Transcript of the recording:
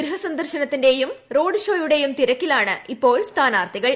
ഗൃഹ സന്ദർശനത്തിന്റേയും റോഡ് ഷോയുടേയും തിരക്കിലാണ് ഇപ്പോൾ സ്ഥാനാർഥികൾ